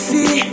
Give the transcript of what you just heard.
See